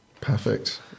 perfect